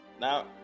now